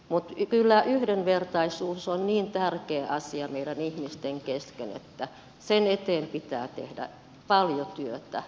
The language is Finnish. mutta kyllä yhdenvertaisuus on niin tärkeä asia meidän ihmisten kesken että sen eteen pitää tehdä paljon työtä